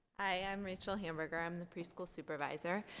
i'm rachel hamburger i'm the preschool supervisor